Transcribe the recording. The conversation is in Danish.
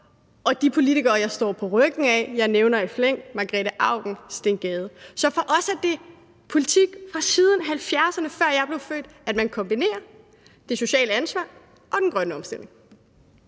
med de politikere, jeg står på ryggen af – jeg nævner i flæng Margrete Auken og Steen Gade. Så det har været vores politik siden 1970'erne, før jeg blev født, at man kombinerer det sociale ansvar og den grønne omstilling.